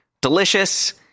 Delicious